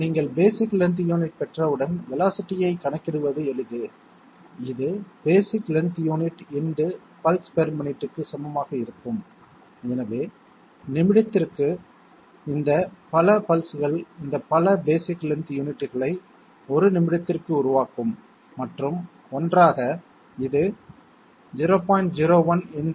நீங்கள் basic length unit பெற்றவுடன் velocity ஐக் கணக்கிடுவது எளிது இது basic length unit × pulse per மினிட்க்கு சமமாக இருக்கும் எனவே நிமிடத்திற்கு இந்த பல பல்ஸ்கள் இந்த பல பேஸிக் லென்த் யூனிட்களை ஒரு நிமிடத்திற்கு உருவாக்கும் மற்றும் ஒன்றாக இது 0